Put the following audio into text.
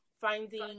finding